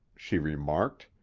she remarked,